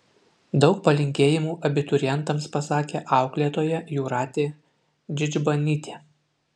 daug palinkėjimų abiturientams pasakė auklėtoja jūratė didžbanytė